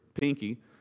pinky